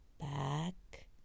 Back